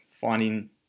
finding